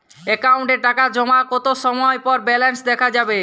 অ্যাকাউন্টে টাকা জমার কতো সময় পর ব্যালেন্স দেখা যাবে?